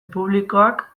publikoak